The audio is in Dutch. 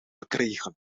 gekregen